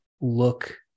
look